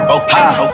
Okay